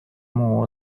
muu